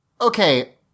Okay